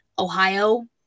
Ohio